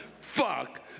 fuck